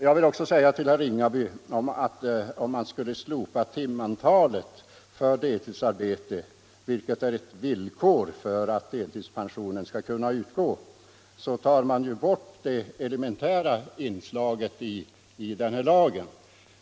Jag vill också säga till herr Ringaby att om man slopar det timantal för deltidsarbete som är ett villkor för att deltidspension skall kunna utgå, så tar man ju bort det elementära inslaget i lagen.